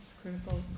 Critical